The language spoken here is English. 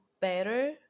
better